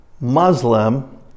Muslim